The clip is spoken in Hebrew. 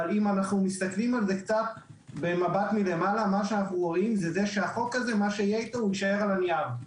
אבל במבט מלמעלה החוק יישאר על הנייר.